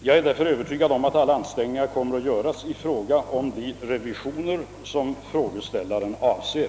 Jag är därför övertygad om att alla ansträngningar kommer att göras i fråga om de revisioner som frågeställaren avser.